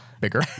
Bigger